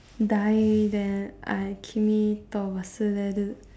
die then